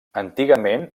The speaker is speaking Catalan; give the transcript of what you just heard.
antigament